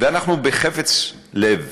ואנחנו בחפץ לב